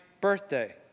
birthday